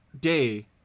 day